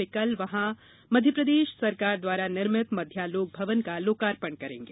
वे कल मध्यप्रदेश सरकार द्वारा निर्मित मध्यलोक भवन का लोकार्पण करेंगे